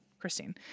Christine